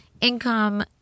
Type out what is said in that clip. income